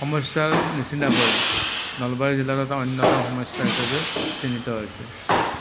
সমস্য়াৰ নিচিনাকৈ নলবাৰী জিলাত এটা অন্য়তম সমস্য়া হিচাপে চিহ্নিত হৈছে